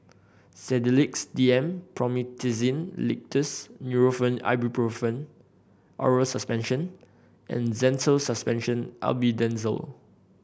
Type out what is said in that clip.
Sedilix D M Promethazine Linctus Nurofen Ibuprofen Oral Suspension and Zental Suspension Albendazole